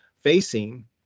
facing